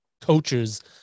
coaches